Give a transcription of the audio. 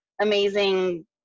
amazing